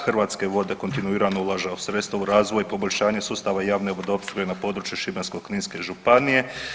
Hrvatske vode kontinuirano ulažu sredstva u razvoj, poboljšanje sustava javne vodoopskrbe na području Šibensko-kninske županije.